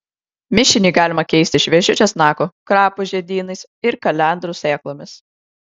mišinį galima keisti šviežiu česnaku krapų žiedynais ir kalendrų sėklomis